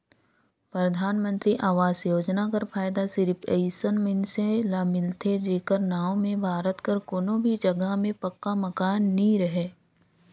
परधानमंतरी आवास योजना कर फएदा सिरिप अइसन मइनसे ल मिलथे जेकर नांव में भारत कर कोनो भी जगहा में पक्का मकान नी रहें